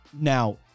Now